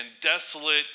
desolate